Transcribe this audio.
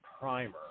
primer